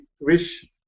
wish